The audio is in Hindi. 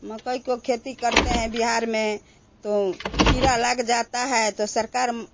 मकई को खेती करते हैं बिहार में तो कीड़ा लग जाता है तो सरकार